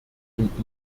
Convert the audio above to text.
und